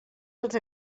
dels